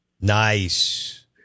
Nice